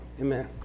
Amen